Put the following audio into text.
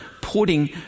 putting